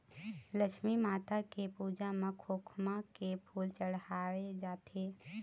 लक्छमी माता के पूजा म खोखमा के फूल चड़हाय जाथे